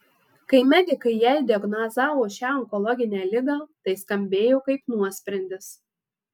kai medikai jai diagnozavo šią onkologinę ligą tai skambėjo kaip nuosprendis